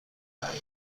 خبری